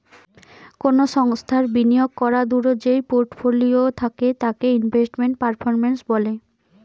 কোনো সংস্থার বিনিয়োগ করাদূঢ় যেই পোর্টফোলিও থাকে তাকে ইনভেস্টমেন্ট পারফরম্যান্স বলে